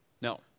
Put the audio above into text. No